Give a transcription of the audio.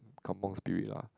kampung Spirit lah